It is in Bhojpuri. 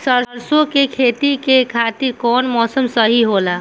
सरसो के खेती के खातिर कवन मौसम सही होला?